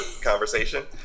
conversation